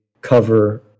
cover